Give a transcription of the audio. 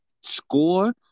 score